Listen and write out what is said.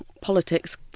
politics